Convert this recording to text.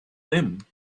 them